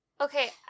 Okay